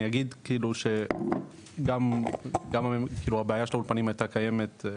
אני אגיד שכאילו הבעיה של האולפנים הייתה קיימת,